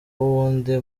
uwundi